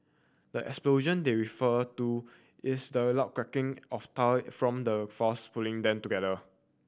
the explosion they're refer to is the loud cracking of tile from the force pulling them together